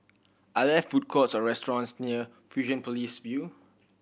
are there food courts or restaurants near Fusionopolis View